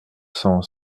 cent